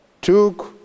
took